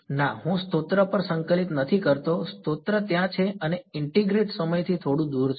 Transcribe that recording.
ના હું સ્ત્રોત પર સંકલિત નથી કરતો સ્રોત ત્યાં છે અને ઇન્ટીગ્રેટ સમયથી થોડું દૂર છે